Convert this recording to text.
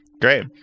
Great